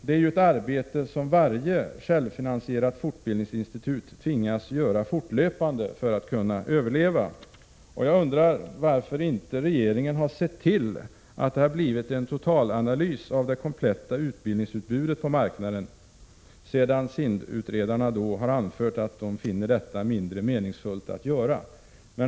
Det är ju ett arbete som varje självfinansierat fortbildningsinstitut tvingas göra fortlöpande för att kunna överleva. Jag undrar varför inte regeringen har sett till att det har blivit en totalanalys av det kompletta utbildningsutbudet på marknaden, sedan SIND-utredarna har anfört att de finner en sådan åtgärd mindre meningsfull?